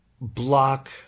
block